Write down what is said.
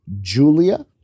Julia